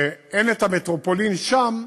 שאין מטרופולין שם,